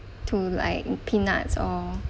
to like peanuts or